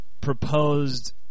Proposed